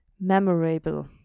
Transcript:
memorable